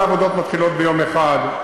גם לא כל העבודות מתחילות ביום אחד.